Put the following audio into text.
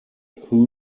who